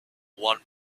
one